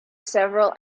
several